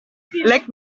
fett